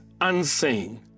unseen